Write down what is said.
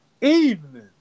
evening